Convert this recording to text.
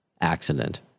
accident